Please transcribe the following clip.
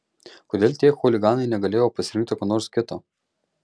kodėl tie chuliganai negalėjo pasirinkti ko nors kito